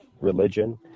religion